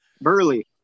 Burley